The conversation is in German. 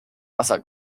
wasser